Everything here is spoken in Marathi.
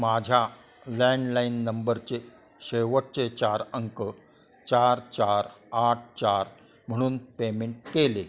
माझ्या लँडलाइन नंबरचे शेवटचे चार अंक चार चार आठ चार म्हणून पेमेंट केले